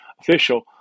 official